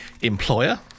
employer